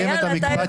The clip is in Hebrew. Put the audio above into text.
ירים את ידו.